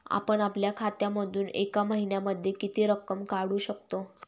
आपण आपल्या खात्यामधून एका महिन्यामधे किती रक्कम काढू शकतो?